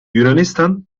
yunanistan